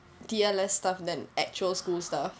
T_L_S than actual school stuff